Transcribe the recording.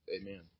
Amen